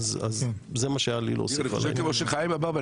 אני מסכים עם מה שחיים אמר.